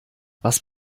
was